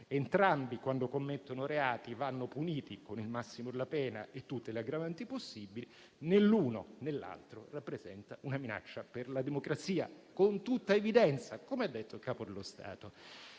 Entrambi, quando commettono reati, vanno puniti con il massimo della pena e con tutte le aggravanti possibili, ma né l'uno, né l'altro rappresentano una minaccia per la democrazia, con tutta evidenza, come ha detto il Capo dello Stato.